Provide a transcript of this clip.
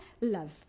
love